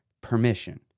permission